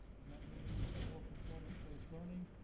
and that means more performance-based learning,